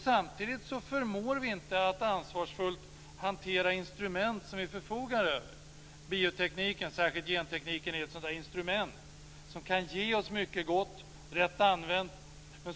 Samtidigt förmår vi inte att ansvarsfullt hantera instrument som vi förfogar över. Biotekniken, särskilt gentekniken, är ett sådant instrument som kan ge oss mycket gott rätt använd.